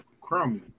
Crummy